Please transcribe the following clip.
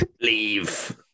Leave